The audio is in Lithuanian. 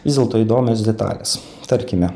vis dėlto įdomios detalės tarkime